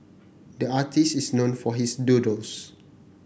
the artist is known for his doodles